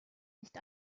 nicht